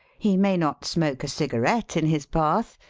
he may not smoke a cigarette in his bath,